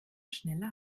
schneller